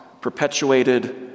perpetuated